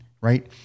right